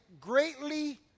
greatly